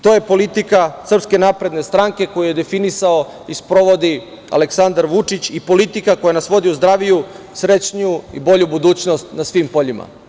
To je politika SNS koju je definisao i sprovodi Aleksandar Vučić, i politika koja nas vodi u zdraviju i srećniju i bolju budućnost na svim poljima.